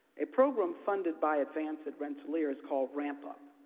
a program funded by advance at rensselaer is called ramp-up,